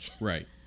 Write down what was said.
Right